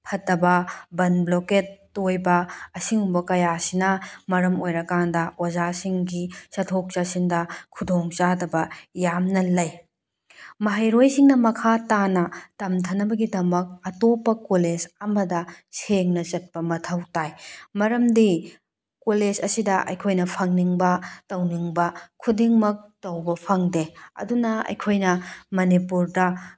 ꯐꯠꯇꯕ ꯕꯟ ꯕ꯭ꯂꯣꯀꯦꯠ ꯇꯣꯏꯕ ꯑꯁꯤꯒꯨꯝꯕ ꯀꯌꯥꯁꯤꯅ ꯃꯔꯝ ꯑꯣꯏꯔꯀꯥꯟꯗ ꯑꯣꯖꯥꯁꯤꯡꯒꯤ ꯆꯠꯊꯣꯛ ꯆꯠꯁꯤꯟꯗ ꯈꯨꯗꯣꯡꯆꯥꯗꯕ ꯌꯥꯝꯅ ꯂꯩ ꯃꯍꯩꯔꯣꯏꯁꯤꯡꯅ ꯃꯈꯥ ꯇꯥꯅ ꯇꯝꯊꯅꯕꯒꯤꯗꯃꯛ ꯑꯇꯣꯞꯄ ꯀꯣꯂꯦꯖ ꯑꯃꯗ ꯁꯦꯡꯅ ꯆꯠꯄ ꯃꯊꯧ ꯇꯥꯏ ꯃꯔꯝꯗꯤ ꯀꯣꯂꯦꯖ ꯑꯁꯤꯗ ꯑꯩꯈꯣꯏꯅ ꯐꯪꯅꯤꯡꯕ ꯇꯧꯅꯤꯡꯕ ꯈꯨꯗꯤꯡꯃꯛ ꯇꯧꯕ ꯐꯪꯗꯦ ꯑꯗꯨꯅ ꯑꯩꯈꯣꯏꯅ ꯃꯅꯤꯄꯨꯔꯗ